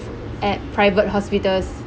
at private hospitals